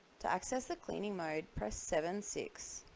to access the cleaning mode press seven six.